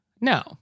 No